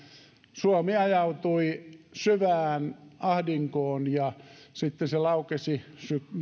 suomi ajautui syvään ahdinkoon ja sitten se laukesi